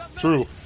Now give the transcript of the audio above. True